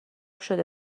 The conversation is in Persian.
شده